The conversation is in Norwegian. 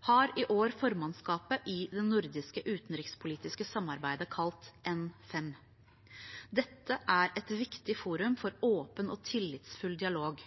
har i år formannskapet i det nordiske utenrikspolitiske samarbeidet N5. Dette er et viktig forum for åpen og tillitsfull dialog,